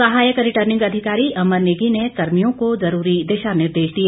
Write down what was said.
सहायक रिटर्निंग अधिकारी अमर नेगी ने कर्मियों को जरूरी दिशा निर्देश दिए